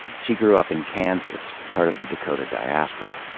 she grew up in kansas, part of the dakota diaspora.